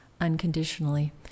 unconditionally